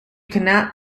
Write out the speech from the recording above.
cannot